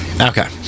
okay